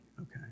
Okay